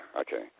okay